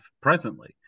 presently